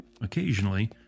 Occasionally